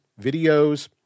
videos